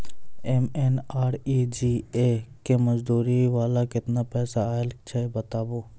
MNREGA के मज़दूरी वाला केतना पैसा आयल छै बताबू?